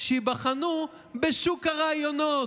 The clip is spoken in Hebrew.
שייבחנו בשוק הרעיונות.